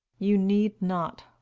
you need not.